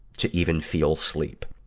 to even feel sleep.